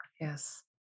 Yes